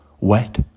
wet